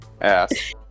ass